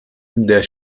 der